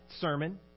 sermon